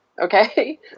okay